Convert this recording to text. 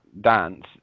dance